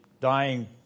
dying